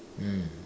mm